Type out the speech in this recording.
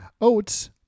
Oats